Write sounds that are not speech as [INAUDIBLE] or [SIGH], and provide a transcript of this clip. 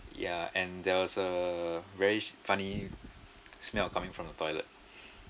ya and there's a very sh~ funny smell coming from the toilet [BREATH]